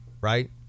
Right